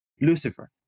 Lucifer